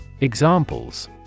Examples